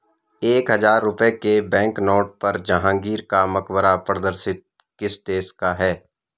एक हजार रुपये के बैंकनोट पर जहांगीर का मकबरा प्रदर्शित किस देश का है?